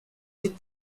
with